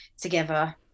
together